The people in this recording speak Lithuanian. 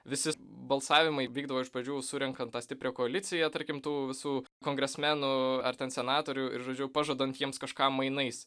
visi balsavimai vykdavo iš pradžių surenkant tą stiprią koaliciją tarkim tų visų kongresmenų ar ten senatorių ir žodžiu pažadant jiems kažką mainais